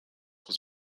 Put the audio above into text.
was